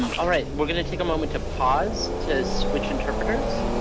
all right, we're gonna take a moment to pause to switch interpreters.